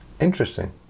interesting